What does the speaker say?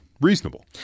reasonable